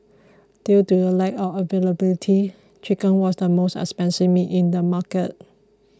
due to the lack of availability chicken was the most expensive meat in the market